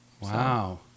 Wow